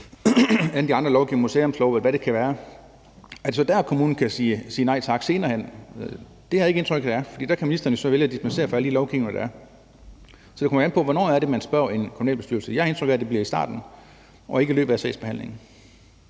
alle de andre lovgivninger, museumsloven, eller hvad det kan være. Kan kommunen så der siger nej tak, altså senere hen? Det har jeg endnu ikke indtryk af, for der kan ministeren jo så vælge at dispensere fra alle de lovgivninger, der er. Så det kommer jo an på, hvornår det er, at man spørger i en kommunalbestyrelse. Jeg har indtryk af, at det bliver i starten og ikke i løbet af sagsbehandlingen.